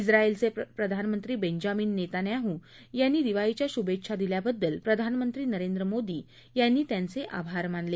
क्रिाईलचे प्रधानमंत्री Benjamin Netanyahu यांनी दिवाळीच्या शुभेच्छा दिल्याबद्दल प्रधानमंत्री नरेंद्र मोदी यांनी त्यांचे आभार मानले